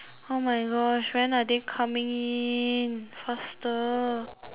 oh my gosh when are they coming in faster